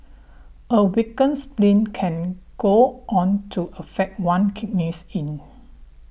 a weakened spleen can go on to affect one kidneys yin